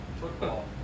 Football